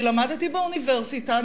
למדתי באוניברסיטה,